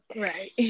right